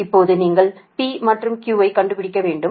இப்போது நீங்கள் P மற்றும் Q ஐ கண்டுபிடிக்க வேண்டும்